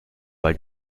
bei